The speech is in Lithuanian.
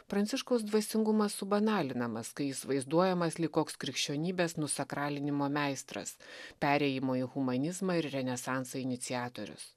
pranciškaus dvasingumas subanalinamas kai jis vaizduojamas lyg koks krikščionybės nusakralinimo meistras perėjimo į humanizmą ir renesansą iniciatorius